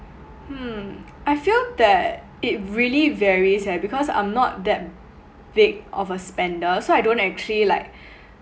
hmm I feel that it really varies leh because I'm not that big of a spender so I don't actually like